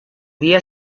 día